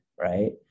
right